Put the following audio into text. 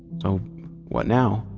so what now?